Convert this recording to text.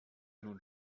nun